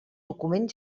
document